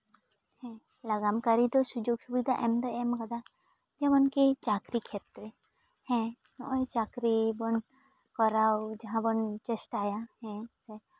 ᱞᱟᱜᱟᱱ ᱠᱟᱹᱨᱤ ᱫᱚ ᱥᱩᱡᱳᱜᱽ ᱥᱩᱵᱤᱫᱷᱟ ᱮᱢ ᱫᱚᱭ ᱮᱢ ᱠᱟᱫᱟ ᱮᱢᱱᱠᱤ ᱪᱟᱠᱨᱤ ᱠᱷᱮᱛᱨᱮ ᱦᱮᱸ ᱱᱚᱜᱼᱚᱭ ᱪᱟᱹᱠᱨᱤ ᱵᱚᱱ ᱠᱚᱨᱟᱣ ᱡᱟᱦᱟᱸ ᱵᱚᱱ ᱪᱮᱥᱴᱟᱭᱟ ᱦᱮᱸ ᱥᱮ